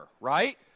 right